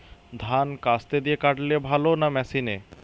ধান কাস্তে দিয়ে কাটলে ভালো না মেশিনে?